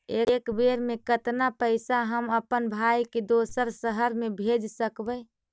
एक बेर मे कतना पैसा हम अपन भाइ के दोसर शहर मे भेज सकबै?